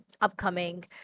upcoming